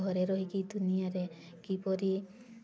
ଘରେ ରହିକି ଦୁନିଆଁରେ କିପରି